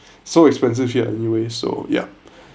so expensive here anyway so yup